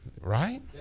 Right